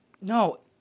no